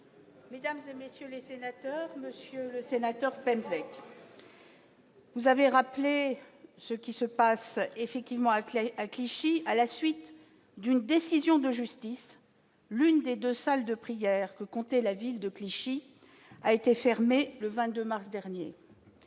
Mesdames et messieurs les sénateurs, Monsieur le Sénateur, c'est. Vous avez rappelé ce qui se passe effectivement à Clichy, à la suite d'une décision de justice, l'une des 2 salles de prière que comptait la ville de Clichy a été fermée le 22 mars dernier